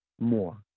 more